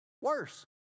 worse